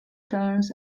terms